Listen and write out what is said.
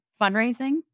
fundraising